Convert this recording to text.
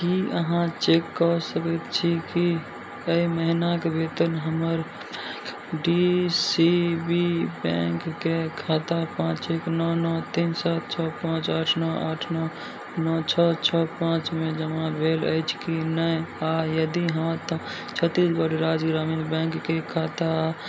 की अहाँ चेक कऽ सकैत छी की अइ महिनाक वेतन हमर डी सी बी बैंकके खाता पाँच एक नओ नओ तीन सात छओ पाँच आठ नओ आठ नओ नओ छओ छओ पाँचमे जमा भेल अछि की नहि आओर यदि हँ तऽ छत्तीसगढ़ राज्य ग्रामीण बैंकके खाता